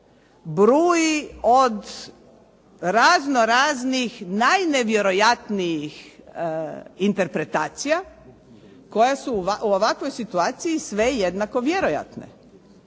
bruji od raznoraznih najnevjerojatnijih interpretacija koja su u ovakvoj situaciji sve jednako vjerojatno.